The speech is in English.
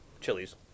chilies